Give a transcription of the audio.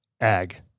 ag